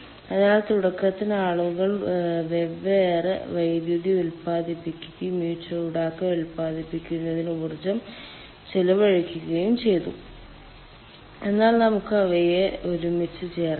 അതിനാൽ തുടക്കത്തിൽ ആളുകൾ വെവ്വേറെ വൈദ്യുതി ഉൽപ്പാദിപ്പിക്കുകയും ഈ ചൂടാക്കൽ ഉൽപ്പാദിപ്പിക്കുന്നതിന് ഊർജ്ജം ചെലവഴിക്കുകയും ചെയ്തു എന്നാൽ നമുക്ക് അവയെ ഒരുമിച്ച് ചേർക്കാം